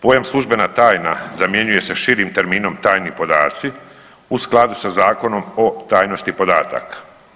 Pojam službena tajna zamjenjuje se širim terminom tajni podaci u skladu sa Zakonom o tajnosti podataka.